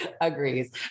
agrees